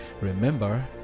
Remember